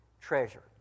treasure